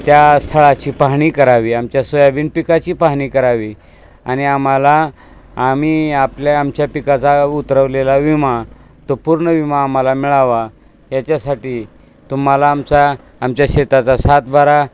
त्या स्थळाची पाहणी करावी आमच्या सोयाबीन पिकाची पाहणी करावी आणिआम्हाला आम्ही आपल्या आमच्या पिकाचा उतरवलेला विमा तो पूर्ण विमा आम्हाला मिळावा याच्यासाठी तुम्हाला आमचा आमच्या शेताचा सातबारा